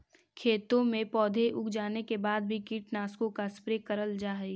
खेतों में पौधे उग जाने के बाद भी कीटनाशकों का स्प्रे करल जा हई